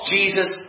Jesus